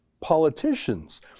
politicians